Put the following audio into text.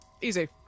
Easy